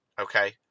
Okay